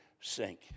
sink